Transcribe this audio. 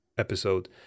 episode